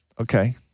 okay